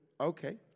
okay